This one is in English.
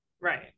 Right